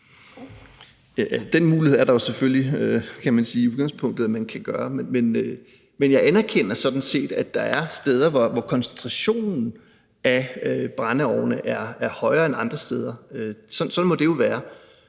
Den mulighed er der jo selvfølgelig, altså at man kan gøre det. Men jeg anerkender sådan set, at der er steder, hvor koncentrationen af brændeovne er højere end andre steder; sådan må det jo være.